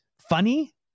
funny